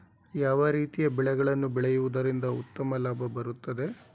ಯಾವ ರೀತಿಯ ಬೆಳೆಗಳನ್ನು ಬೆಳೆಯುವುದರಿಂದ ಉತ್ತಮ ಲಾಭ ಬರುತ್ತದೆ?